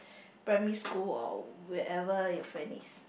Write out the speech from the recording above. primary school or wherever your friend is